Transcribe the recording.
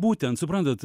būtent suprantat